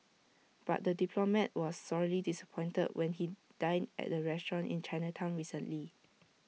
but the diplomat was sorely disappointed when he dined at the restaurant in Chinatown recently